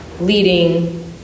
leading